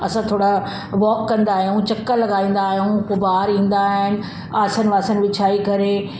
असां थोरा वॉक कंदा आहियूं चकर लॻाईंदा आहियूं उते ॿार ईंदा आहिनि आसन वासन विछाई करे